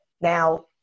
Now